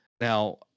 Now